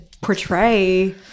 portray